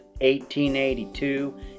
1882